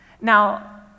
Now